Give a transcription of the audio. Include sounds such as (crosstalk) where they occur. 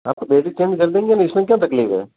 आपको बेसिक (unintelligible) कर देंगे हम इसमें क्या तकलीफ है